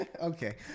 okay